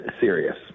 serious